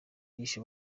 bishe